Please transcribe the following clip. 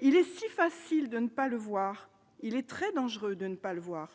Il est si facile de ne pas le voir, il est très dangereux de ne pas le voir.